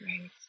Right